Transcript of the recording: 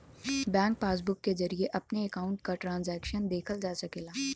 bank passbook के जरिये अपने अकाउंट क ट्रांजैक्शन देखल जा सकला